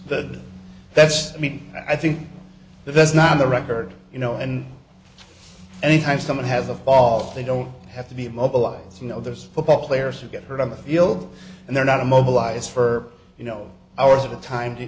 that that's i mean i think that that's not the record you know and anytime someone has a fault they don't have to be mobilized you know those football players who get hurt on the field and they're not immobilized for you know hours at a time to